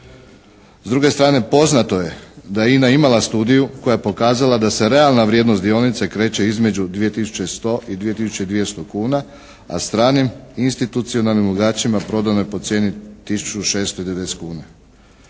S druge strane poznato je da je INA imala studiju koja je pokazala da se realna vrijednost dionice kreće između 2100 i 2200 kuna, a stranim institucionalnim ulagačima prodano je po cijeni 1690 kuna.